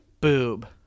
boob